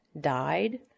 died